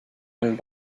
and